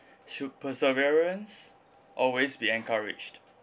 should perseverance always be encouraged